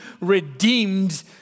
redeemed